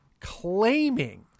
claiming